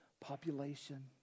population